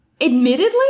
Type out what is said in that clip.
admittedly